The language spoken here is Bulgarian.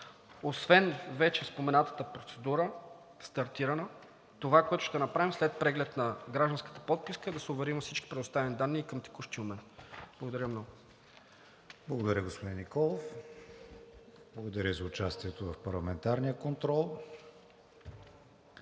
Освен вече споменатата процедура, стартирана, това, което ще направим след преглед на гражданската подписка, е да се уверим във всички предоставени данни към текущия момент. Благодаря много. ПРЕДСЕДАТЕЛ КРИСТИАН ВИГЕНИН: Благодаря, господин Николов. Благодаря за участието в парламентарния контрол.